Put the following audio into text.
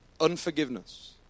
Unforgiveness